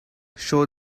show